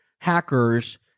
hacker's